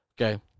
okay